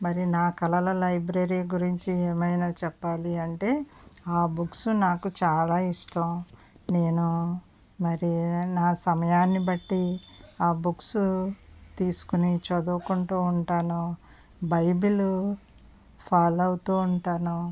మరి నా కలల లైబ్రరీ గురించి ఏమైనా చెప్పాలి అంటే ఆ బుక్స్ నాకు చాలా ఇష్టం నేను మరి నా సమయాన్ని బట్టి ఆ బుక్స్ తీసుకుని చదువుకుంటూ ఉంటాను బైబిల్ ఫాలో అవుతూ ఉంటాను